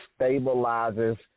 stabilizes